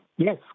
Yes